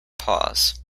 pause